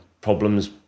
problems